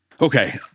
Okay